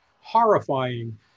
horrifying